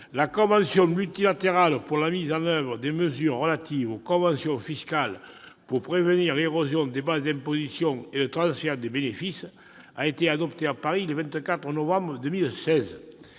la convention multilatérale pour la mise en oeuvre des mesures relatives aux conventions fiscales pour prévenir l'érosion de la base d'imposition et le transfert de bénéfices. Je constate que ce texte a